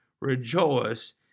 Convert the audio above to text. rejoice